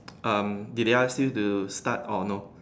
um did they ask you to start or no